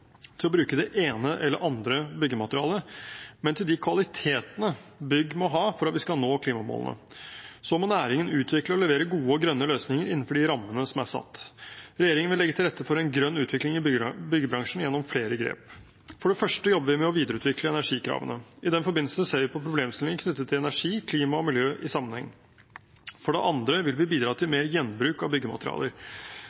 til å bruke det ene eller andre byggematerialet, men til de kvalitetene bygg må ha for at vi skal nå klimamålene. Så må næringen utvikle og levere gode og grønne løsninger innenfor de rammene som er satt. Regjeringen vil legge til rette for en grønn utvikling i byggebransjen gjennom flere grep. For det første jobber vi med å videreutvikle energikravene. I den forbindelse ser vi på problemstillinger knyttet til energi, klima og miljø i sammenheng. For det andre vil vi bidra til